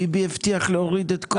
ביבי הבטיח להוריד את כל הדברים האלה.